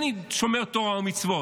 שומר תורה ומצוות,